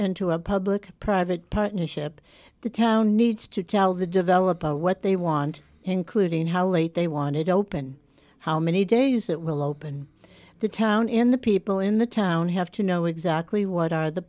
into a public private partnership the town needs to tell the developer what they want including how late they want it open how many days it will open the town in the people in the town have to know exactly what are the